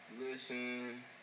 listen